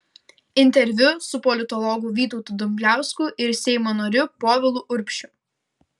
interviu su politologu vytautu dumbliausku ir seimo nariu povilu urbšiu